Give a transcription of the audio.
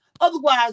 Otherwise